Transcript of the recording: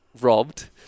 robbed